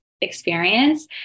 experience